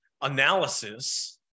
analysis